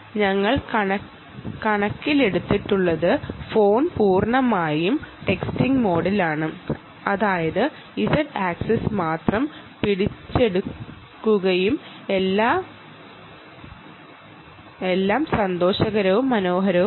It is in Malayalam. ഞങ്ങൾ കണക്കാക്കുന്നത് ഫോൺ പൂർണ്ണമായും ടെക്സ്റ്റിംഗ് മോഡിലുള്ളതാണ് അതായത് z ആക്സിസ് മാത്രം പിടിച്ചെടുക്കുന്നതാണ്